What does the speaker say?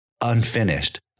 unfinished